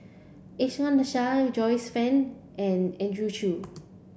Iskandar Shah Joyce Fan and Andrew Chew